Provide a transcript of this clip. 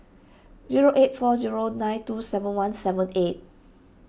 zero eight four zero nine two seven one seven eight